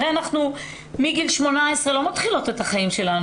הרי אנחנו מגיל 18 לא מתחילות את החיים שלנו,